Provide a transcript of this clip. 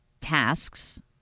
tasks